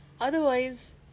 otherwise